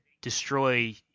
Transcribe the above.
destroy